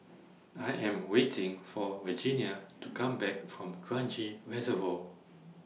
I Am waiting For Regenia to Come Back from Kranji Reservoir